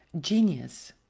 Genius